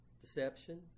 deception